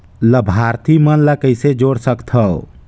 लाभार्थी मन ल कइसे जोड़ सकथव?